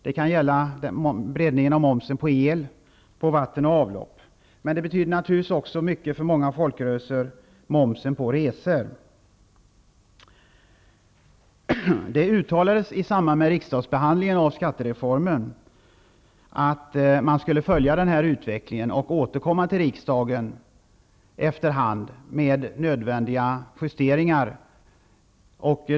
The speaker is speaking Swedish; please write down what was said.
Det kan gälla breddningen av momsen på el, vatten och avlopp. Momsen på resor betyder naturligtvis också mycket för många folkrörelser. I samband med riksdagsbehandlingen av skattereformen uttalades att man skulle följa den här utvecklingen och återkomma till riksdagen med nödvändiga justeringar efter hand.